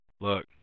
Look